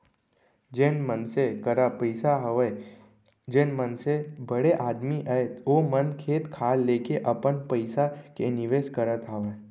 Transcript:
जेन मनसे करा पइसा हवय जेन मनसे बड़े आदमी अय ओ मन खेत खार लेके अपन पइसा के निवेस करत हावय